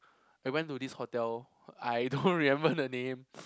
I went to this hotel I don't remember the name